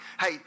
Hey